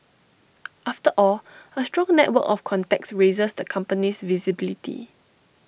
after all A strong network of contacts raises the company's visibility